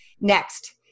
Next